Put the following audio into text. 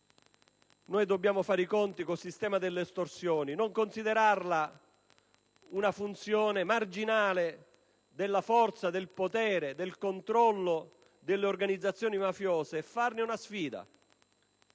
noi dobbiamo fare i conti con il sistema delle estorsioni; non considerarla una funzione marginale della forza, del potere e del controllo delle organizzazioni mafiose, ma farne una sfida,